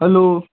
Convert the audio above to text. hello